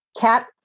cat